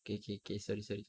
okay okay okay sorry sorry